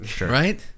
right